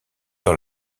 dans